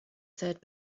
third